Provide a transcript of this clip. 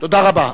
תודה רבה.